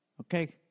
okay